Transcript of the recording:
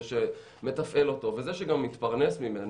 זה שמתפעל אותו וזה שגם מתפרנס ממנו,